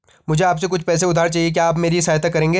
मुझे आपसे कुछ पैसे उधार चहिए, क्या आप मेरी सहायता करेंगे?